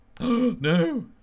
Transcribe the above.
No